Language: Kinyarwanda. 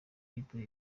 bible